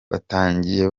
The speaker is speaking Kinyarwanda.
batangiye